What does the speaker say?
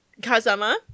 Kazama